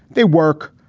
they work,